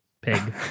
pig